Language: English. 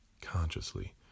consciously